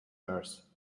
nurse